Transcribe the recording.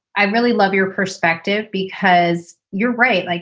i really love your perspective because you're right. like,